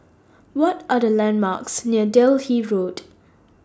What Are The landmarks near Delhi Road